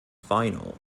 final